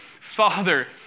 Father